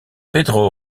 pedro